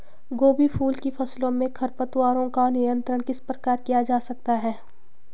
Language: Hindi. गोभी फूल की फसलों में खरपतवारों का नियंत्रण किस प्रकार किया जा सकता है?